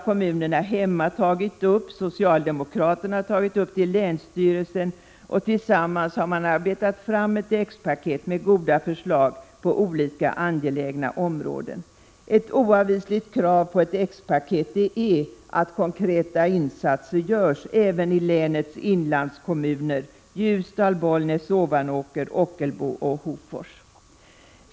Kommunerna hemma har tagit upp detta, socialdemokraterna har tagit upp det i länsstyrelsen, och tillsammans har man arbetat fram ett X-paket med goda förslag på flera angelägna områden. Ett oavvisligt krav är att konkreta insatser görs även i länets inlandskommuner — Ljusdal, Bollnäs, Ovanåker, Ockelbo och Hofors.